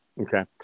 Okay